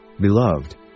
Beloved